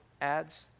ads